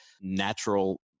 natural